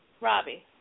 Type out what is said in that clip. Robbie